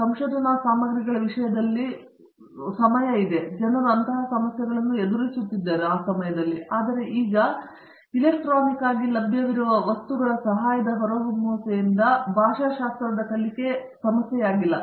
ಮತ್ತು ಸಂಶೋಧನಾ ಸಾಮಗ್ರಿಗಳ ವಿಷಯದಲ್ಲಿ ಒಂದು ಸಮಯ ಇತ್ತು ಮತ್ತು ಜನರು ಅಂತಹ ಸಮಸ್ಯೆಗಳನ್ನು ಎದುರಿಸುತ್ತಿದ್ದರು ಆದರೆ ಈಗ ಎಲೆಕ್ಟ್ರಾನಿಕವಾಗಿ ಲಭ್ಯವಿರುವ ವಸ್ತುಗಳ ಸಹಾಯದ ಹೊರಹೊಮ್ಮುವಿಕೆಯಿಂದ ಅದು ಸಮಸ್ಯೆಯಾಗಿಲ್ಲ